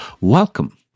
welcome